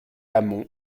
amont